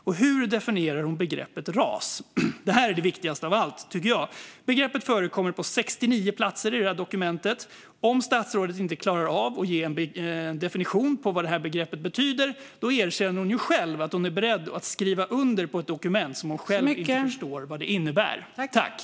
Vidare: Hur definierar statsrådet begreppet ras? Detta är det viktigaste av allt, tycker jag. Begreppet förekommer på 69 ställen i detta dokument. Om statsrådet inte klarar av att ge en definition av detta begrepp erkänner hon att hon är beredd att skriva under ett dokument som hon själv inte förstår innebörden av.